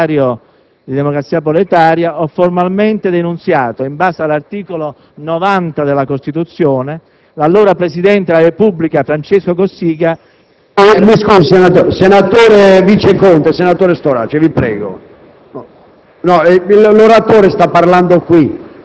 Nel 1987 - ero allora segretario di Democrazia Proletaria - ho formalmente denunziato, in base all'articolo 90 della Costituzione, l'allora presidente della Repubblica, Francesco Cossiga... PRESIDENTE. Senatori Viceconte e Storace, vi invito